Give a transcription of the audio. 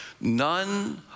None